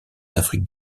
afrique